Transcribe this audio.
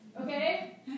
Okay